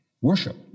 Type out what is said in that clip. worship